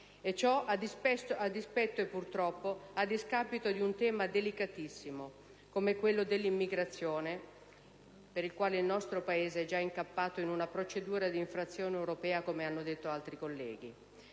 Ciò, a dispetto, e purtroppo a discapito, di un tema delicatissimo, come quello dell'immigrazione, per il quale il nostro Paese è già incappato in una procedura di infrazione europea, come hanno detto altri colleghi.